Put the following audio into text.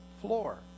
floor